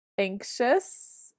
anxious